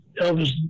elvis